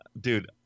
Dude